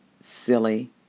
silly